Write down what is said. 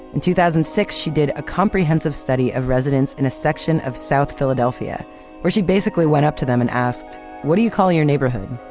in two thousand and six, she did a comprehensive study of residents in section of south philadelphia where she basically went up to them and asked what do you call your neighborhood?